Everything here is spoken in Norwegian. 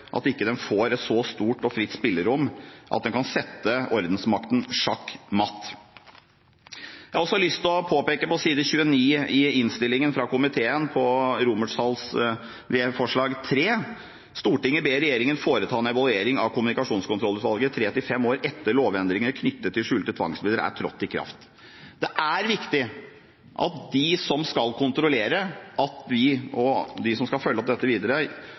de ikke får et så stort og fritt spillerom at de kan sette ordensmakten sjakk matt. Jeg har også lyst til å påpeke forslag til vedtak III på side 29 i innstillingen: «Stortinget ber regjeringen foreta en evaluering av Kommunikasjonskontrollutvalget 3–5 år etter lovendringen knyttet til skjulte tvangsmidler er trådt i kraft.» Det er viktig at de som skal kontrollere og følge opp dette videre,